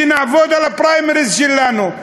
שנעבוד על הפריימריז שלנו,